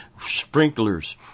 sprinklers